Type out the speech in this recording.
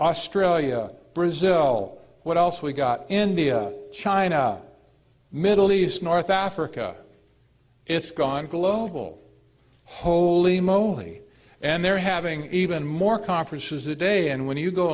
australia brazil what else we got india china middle east north africa it's gone global holy moley and they're having even more conferences that day and when you